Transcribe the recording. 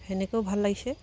সেনেকৈয়ো ভাল লাগিছে